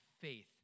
faith